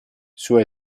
sua